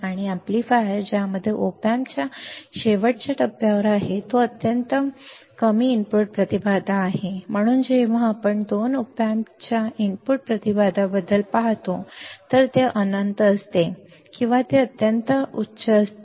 आणि ampम्प्लीफायर ज्यामध्ये op amp च्या शेवटच्या टप्प्यावर आहे तो अत्यंत कमी इनपुट प्रतिबाधा आहे म्हणूनच जेव्हा जेव्हा आपण op amp च्या इनपुट प्रतिबाधाबद्दल पाहतो तेव्हा ते अनंत असते किंवा ते अत्यंत उच्च असते